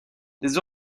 des